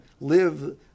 live